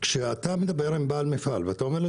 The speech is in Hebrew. כשאתה מדבר עם בעל מפעל ואתה מציע לו